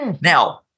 Now